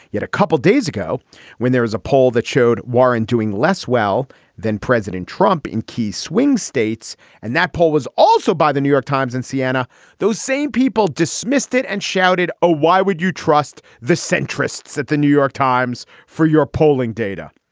yet a couple days ago when there was a poll that showed warren doing less well than president trump in key swing states and that poll was also by the new york times in siena those same people dismissed it and shouted oh why would you trust the centrists at the new york times for your polling data.